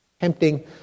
tempting